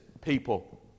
people